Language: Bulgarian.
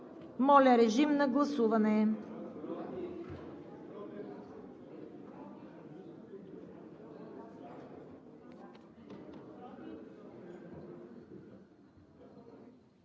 Моля, режим на гласуване.